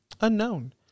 unknown